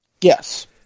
Yes